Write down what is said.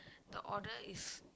the order is